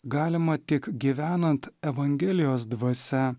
galima tik gyvenant evangelijos dvasia